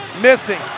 Missing